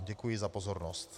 Děkuji za pozornost.